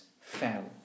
fell